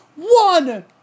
One